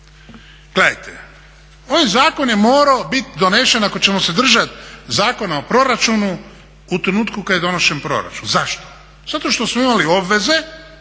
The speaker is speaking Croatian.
Gledajte, ovaj zakon je morao biti donesen ako ćemo se držati Zakona o proračunu u trenutku kad je donošen proračun. Zašto? Zato što smo imali obveze